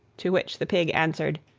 to which the pig answered,